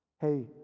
hey